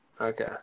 Okay